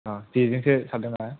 औ जेजोंसो सारदों नामा